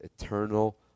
eternal